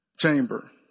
chamber